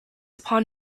upon